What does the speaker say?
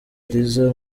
liza